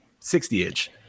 60-inch